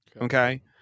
okay